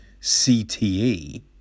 CTE